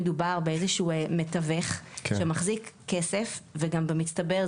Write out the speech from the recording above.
מדובר במתווך שמחזיק כסף עבור אחרים ובמצטבר,